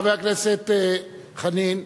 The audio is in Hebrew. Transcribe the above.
חבר הכנסת חנין.